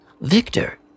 Victor